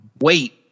wait